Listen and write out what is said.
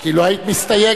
כי לא היית מסתייגת.